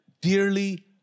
dearly